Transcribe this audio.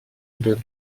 able